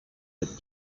but